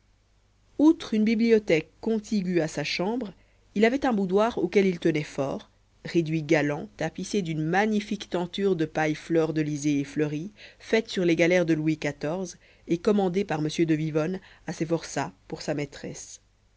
outre une bibliothèque contiguë à sa chambre il avait un boudoir auquel il tenait fort réduit galant tapissé d'une magnifique tenture de paille fleurdelysée et fleurie faite sur les galères de louis xiv et commandée par m de vivonne à ses forçats pour sa maîtresse